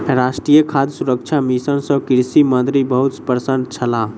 राष्ट्रीय खाद्य सुरक्षा मिशन सँ कृषि मंत्री बहुत प्रसन्न छलाह